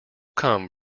come